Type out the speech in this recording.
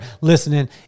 listening